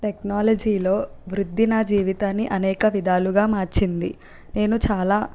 technology లో వృద్ధి నా జీవితాన్ని అనేక విధాలుగా మార్చింది నేను చాలా